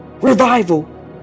revival